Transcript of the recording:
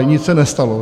Nic se nestalo.